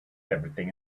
everything